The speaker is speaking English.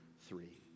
three